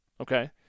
Okay